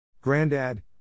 Grandad